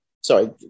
Sorry